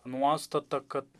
nuostata kad